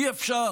אי-אפשר.